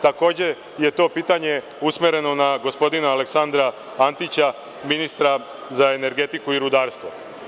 Takođe, je to pitanje usmereno na gospodina Aleksandra Antića, ministra za energetiku i rudarstvo.